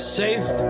safe